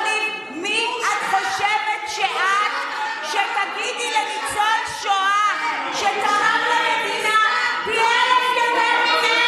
של שובל חכמון וניסתה לתלוש את דגל הגאווה שתלה על המרפסת שלו.